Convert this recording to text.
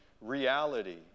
reality